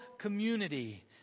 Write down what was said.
community